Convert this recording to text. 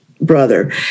brother